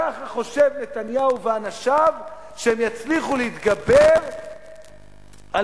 ככה חושב נתניהו ואנשיו שהם יצליחו להתגבר על